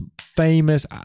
famous